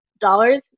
dollars